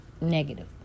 negative